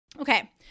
Okay